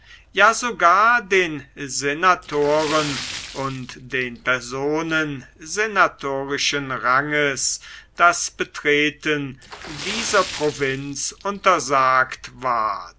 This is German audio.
ja sogar den senatoren und den personen senatorischen ranges das betreten dieser provinz untersagt ward